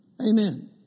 Amen